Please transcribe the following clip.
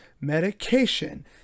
medication